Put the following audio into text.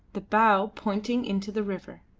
the bow pointing into the river.